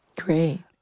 Great